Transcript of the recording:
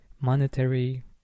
monetary